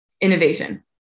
innovation